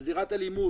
מזירת אלימות,